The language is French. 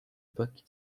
époque